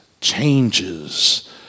changes